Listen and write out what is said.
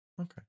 Okay